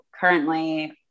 currently